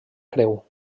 creu